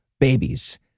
Babies